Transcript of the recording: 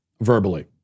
verbally